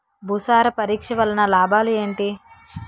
భూసార పరీక్ష వలన లాభాలు ఏంటి?